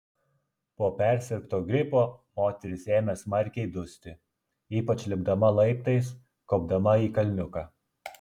po persirgto gripo moteris ėmė smarkiai dusti ypač lipdama laiptais kopdama į kalniuką